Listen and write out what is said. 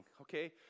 okay